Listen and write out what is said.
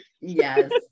yes